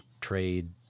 trade